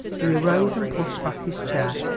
he arose and pushed back his chair.